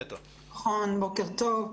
בוקר טוב.